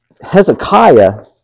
Hezekiah